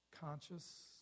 conscious